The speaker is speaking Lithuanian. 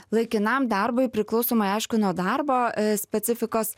laikinam darbui priklausomai aišku nuo darbo specifikos